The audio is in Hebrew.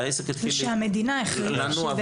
והעסק התחיל לנוע,